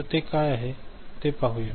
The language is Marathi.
तर ते काय आहे ते पाहूया